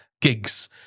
gigs